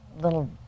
little